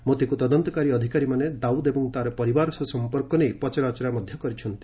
ମୋତିକୁ ତଦନ୍ତକାରୀ ଅଧିକାରୀମାନେ ଦାଉଦ୍ ଏବଂ ତା'ର ପରିବାର ସହ ସଂପର୍କ ନେଇ ପଚରାଉଚରା କରୁଛନ୍ତି